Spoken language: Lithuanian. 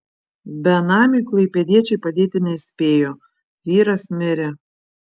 benamiui klaipėdiečiai padėti nespėjo vyras mirė